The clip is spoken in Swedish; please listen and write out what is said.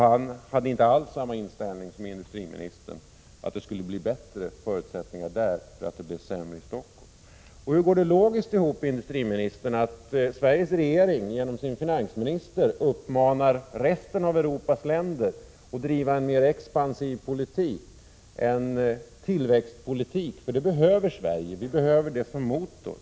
Han hade inte alls samma inställning som industriministern, att det skulle bli bättre förutsättningar i hans region om det blir sämre i Stockholm. Hur går det logiskt ihop, industriministern, att Sveriges regering genom sin finansminister uppmanar resten av Europas länder att driva en mer expansiv politik, en tillväxtpolitik? Det behöver Sverige, vi behöver det som motor.